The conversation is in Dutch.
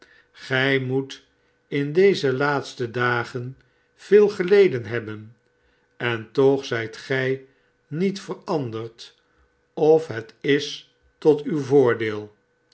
gij moet m deze laatste dagen veel geleden hebben en toch zijt gij niet veranderd of het is tot uw voordeel